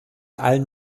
allen